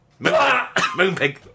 moonpig